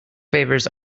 favours